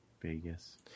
Vegas